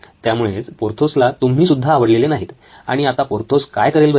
त्यामुळेच पोर्थोसला तुम्ही सुद्धा आवडलेले नाहीत आणि आता पोर्थोस काय करेल बरे